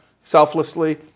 selflessly